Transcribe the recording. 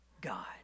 God